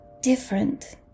different